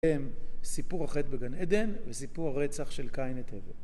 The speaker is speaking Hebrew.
הם סיפור החט בגן עדן וסיפור הרצח של קיין את הבל